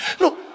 No